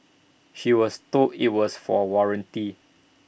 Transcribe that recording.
she was told IT was for warranty